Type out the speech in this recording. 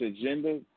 agenda